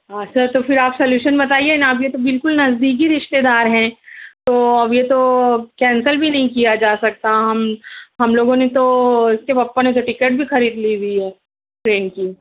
سر تو پھر آپ سولیوشن بتائیے نا اب یہ تو بالکل نزدیکی رشتے دار ہیں تو اب یہ تو کینسل بھی نہیں کیا جا سکتا ہم ہم لوگوں نے تو اِس کے پپا نے تو ٹکٹ بھی خرید لی ہوئی ہے ٹرین کی